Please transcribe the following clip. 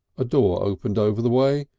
a door opened over the way,